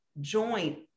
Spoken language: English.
joint